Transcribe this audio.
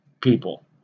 people